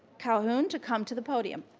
calhoun to come to the podium.